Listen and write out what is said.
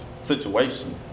situation